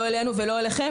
לא אלינו ולא אליכם,